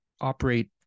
operate